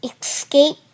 escape